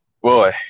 Boy